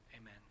Amen